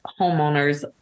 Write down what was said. homeowners